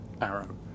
arrow